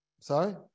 Sorry